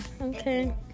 okay